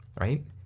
right